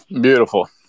Beautiful